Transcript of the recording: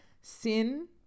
Sin